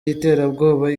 y’iterabwoba